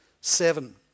seven